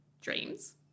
dreams